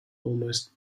almost